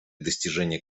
достижения